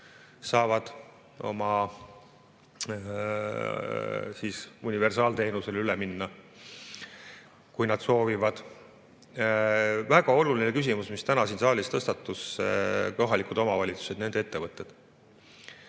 saavad universaalteenusele üle minna, kui nad soovivad. Väga oluline küsimus, mis täna siin saalis tõstatus, on kohalikud omavalitsused ja nende ettevõtted.